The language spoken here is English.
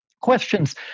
questions